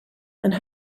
and